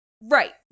Right